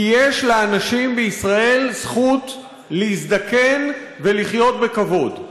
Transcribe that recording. כי יש לאנשים בישראל זכות להזדקן ולחיות בכבוד.